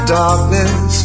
darkness